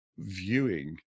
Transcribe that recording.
viewing